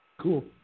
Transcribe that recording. Cool